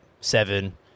seven